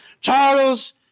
Charles